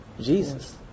Jesus